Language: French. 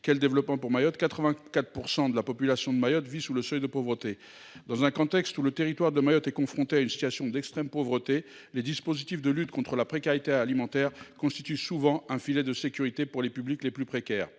Cour des comptes de juin 2022,, 84 % de la population de Mayotte vit sous le seuil de pauvreté. Alors que le territoire de Mayotte est confronté à une situation d’extrême pauvreté, les dispositifs de lutte contre la précarité alimentaire constituent souvent un filet de sécurité pour les publics les plus précaires.